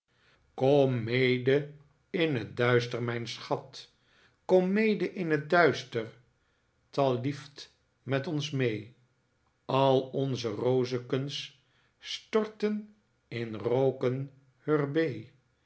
kom mede in het duister mijn schat kom mede in het duister t al heft met ons mee al de rozekens storten in roken